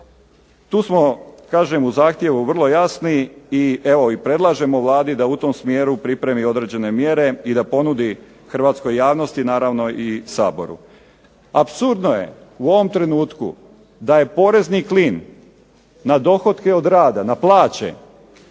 Tu smo kažem u zahtjevu vrlo jasni i evo i predlažemo Vladi da u tom smjeru pripremi određene mjere i da ponudi hrvatskoj javnosti naravno i Saboru. Apsurdno je u ovom trenutku da je porezni klin na dohotke od rada, na plaće